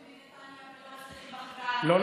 לא.